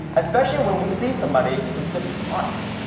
especially when we see somebody who's different from us.